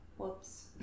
Whoops